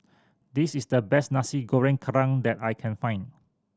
this is the best Nasi Goreng Kerang that I can find